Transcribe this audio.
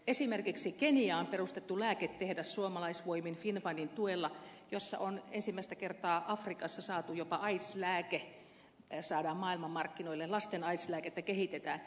esimerkiksi keniaan on perustettu suomalaisvoimin finnfundin tuella lääketehdas josta ensimmäistä kertaa afrikassa jopa aids lääke saadaan maailmanmarkkinoille jossa lasten aids lääkettä kehitetään